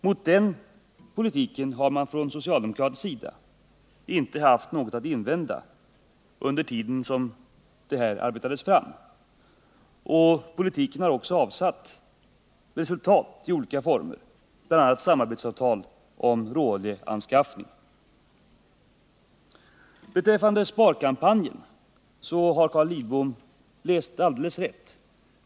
Mot den politiken har man från socialdemokratisk sida inte haft någonting att invända under den tid som det hela arbetades fram. Och politiken har också avsatt resultat i olika former, bl.a. samarbetsavtal om råoljeanskaffning. Beträffande sparkampanjen har Carl Lidbom läst alldeles rätt.